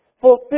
fulfill